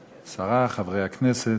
השרה, חברי הכנסת,